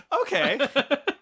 okay